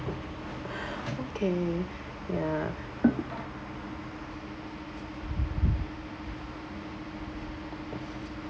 okay ya